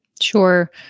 Sure